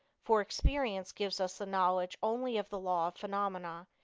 for experience gives us the knowledge only of the law of phenomena,